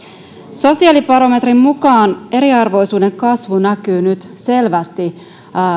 sosiaalibarometrin mukaan eriarvoisuuden kasvu näkyy nyt selvästi